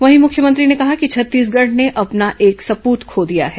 वहीं मुख्यमंत्री ने कहा कि छत्तीसगढ़ ने अपना एक सपूत खो दिया है